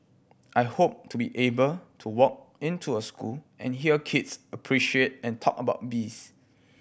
I hope to be able to walk into a school and hear kids appreciate and talk about bees